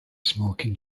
smoking